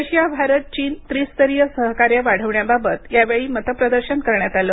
Russia Bharat चीन त्रिस्तरीय सहकार्य वाढवण्याबाबत यावेळी मतप्रदर्शन करण्यात आले